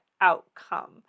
outcome